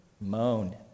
moan